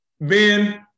Ben